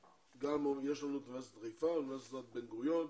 יש לנו את אוניברסיטת חיפה, אוניברסיטת בן גוריון,